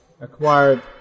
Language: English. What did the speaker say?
acquired